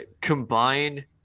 combine